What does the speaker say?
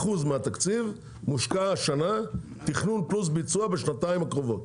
מה אחוז התקציב שמושקע השנה בתכנון פלוס ביצוע בשנתיים הקרובות?